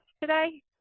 today